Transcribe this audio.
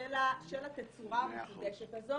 של התצורה המחודשת הזאת.